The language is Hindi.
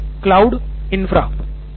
basic cloud infra